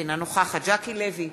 אינה נוכחת ז'קי לוי,